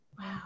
wow